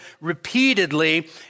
repeatedly